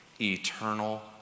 eternal